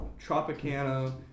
Tropicana